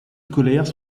scolaires